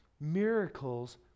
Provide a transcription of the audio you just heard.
Miracles